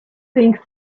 think